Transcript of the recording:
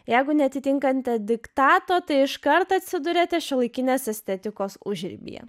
jeigu neatitinkanti diktato tai iškart atsiduriate šiuolaikinės estetikos užribyje